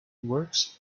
works